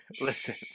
listen